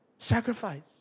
Sacrifice